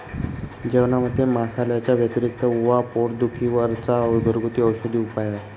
जेवणामध्ये मसाल्यांच्या व्यतिरिक्त ओवा पोट दुखी वर चा घरगुती औषधी उपाय आहे